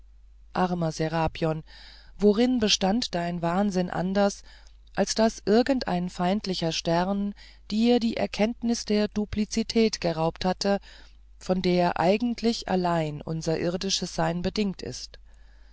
armer serapion worin bestand dein wahnsinn anders als daß irgendein feindlicher stern dir die erkenntnis der duplizität geraubt hatte von der eigentlich allein unser irdisches sein bedingt ist